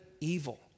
evil